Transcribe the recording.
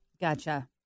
Gotcha